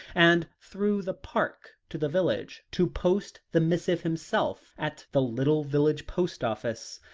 and through the park to the village, to post the missive himself at the little village post office.